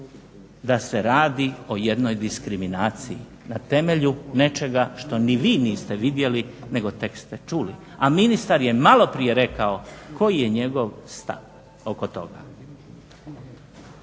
da se radi o jednoj diskriminaciji na temelju nečega što ni vi niste vidjeli, nego tek ste čuli, a ministar je malo prije rekao koji je njegov stav oko toga.